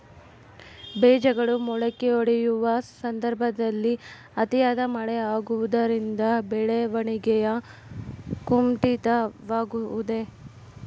ಬೇಜಗಳು ಮೊಳಕೆಯೊಡೆಯುವ ಸಂದರ್ಭದಲ್ಲಿ ಅತಿಯಾದ ಮಳೆ ಆಗುವುದರಿಂದ ಬೆಳವಣಿಗೆಯು ಕುಂಠಿತವಾಗುವುದೆ?